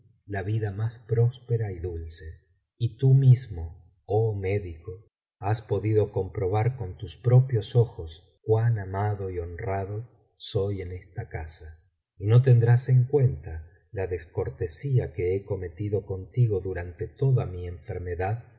la vida más próspera y dulce y tú mismo oh médico has podido comprobar con tus propios ojos cuan amado y honrado soy en esta casa y no tendrás en cuenta la descortesía que he cometido contigo durante toda mi enfermedad